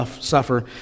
suffer